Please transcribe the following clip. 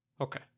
Okay